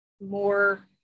more